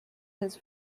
his